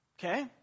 Okay